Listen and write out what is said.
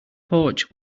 porch